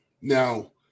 Now